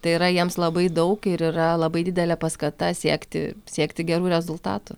tai yra jiems labai daug ir yra labai didelė paskata siekti siekti gerų rezultatų